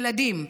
ילדים.